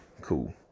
Cool